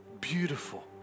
beautiful